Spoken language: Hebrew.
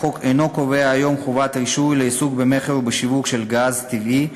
החוק אינו קובע היום חובת רישוי לעיסוק במכר ובשיווק של גז טבעי,